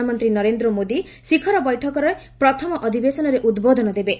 ପ୍ରଧାନମନ୍ତ୍ରୀ ନରେନ୍ଦ୍ର ମୋଦି ଶିଖର ବୈଠକର ପ୍ରଥମ ଅଧିବେଶନରେ ଉଦ୍ବୋଧନ ଦେବେ